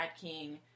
King